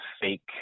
fake